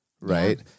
right